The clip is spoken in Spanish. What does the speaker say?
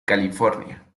california